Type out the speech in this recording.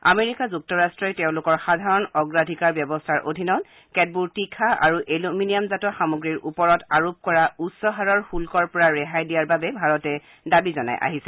America যুক্তৰাট্টই তেওঁলোকৰ সাধাৰণ অগ্ৰাধিকাৰ ব্যস্থাৰ অধীনত কেতবোৰ তীখা আৰু এলুমিনিয়ামজাত সামগ্ৰীৰ ওপৰত আৰোপ কৰা উচ্চ হাৰৰ শুল্কৰ পৰা ৰেহাই দিয়াৰ বাবে ভাৰতে দাবী জনাই আহিছে